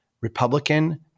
Republican